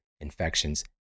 infections